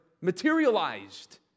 materialized